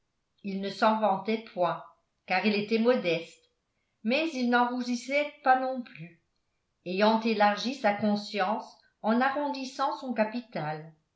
il ne s'en vantait point car il était modeste mais il n'en rougissait pas non plus ayant élargi sa conscience en arrondissant son capital